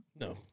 No